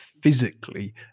physically